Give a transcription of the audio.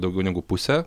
daugiau negu pusė